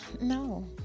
no